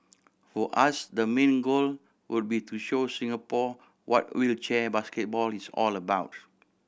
for us the main goal would be to show Singapore what wheelchair basketball is all about